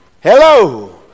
Hello